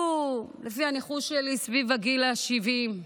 לפי הניחוש שלי, היו סביב גיל 70,